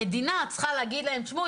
המדינה צריכה להגיד להם 'תשמעו,